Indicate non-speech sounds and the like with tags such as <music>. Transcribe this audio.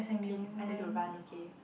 <noise> I need to run okay